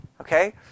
Okay